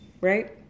right